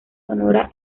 sonora